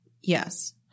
Yes